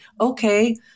Okay